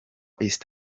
east